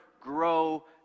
grow